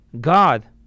God